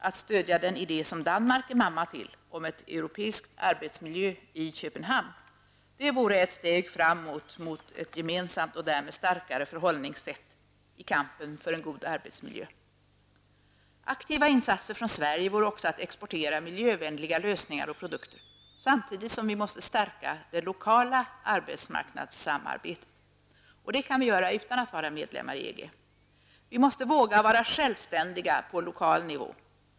Att stödja den idé som Danmark är mamma till -- om ett europeiskt arbetsmiljöinstitut i Köpenhamn -- vore ett steg framåt mot ett gemensamt och därmed ett starkare förhållningssätt i kampen för en god arbetsmiljö. Aktiva insatser från Sverige vore också att exportera miljövänliga lösningar och produkter samtidigt som vi måste stärka det lokala arbetsmarknadssamarbetet. Det kan vi göra utan att vara medlemmar i EG. Vi måste våga vara självständiga på lokal nivå.